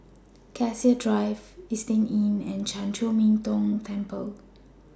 Cassia Drive Istay Inn and Chan Chor Min Tong Temple